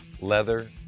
leather